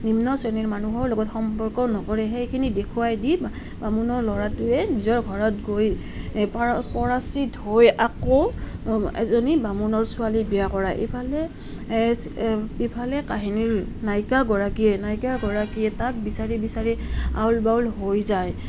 নিম্ন শ্ৰেণীৰ মানুহৰ লগত সম্পৰ্ক নকৰে সেইখিনি দেখুৱাই দি বামুণৰ ল'ৰাটোৱে নিজৰ ঘৰত গৈ এ পৰাচিত হৈ আকৌ এজনী বামুণৰ ছোৱালীক বিয়া কৰায় ইফালে ইফালে কাহিনীৰ নায়িকা গৰাকীয়ে নায়িকা গৰাকীয়ে তাক বিচাৰি বিচাৰি আউল বাউল হৈ যায়